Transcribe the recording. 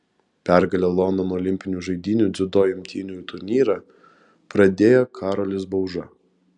pergale londono olimpinių žaidynių dziudo imtynių turnyrą pradėjo karolis bauža